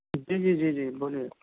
جی جی جی جی بولیے